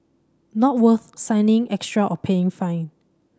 not worth signing extra or paying fine